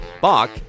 Bach